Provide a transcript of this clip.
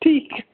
ਠੀਕ ਹੈ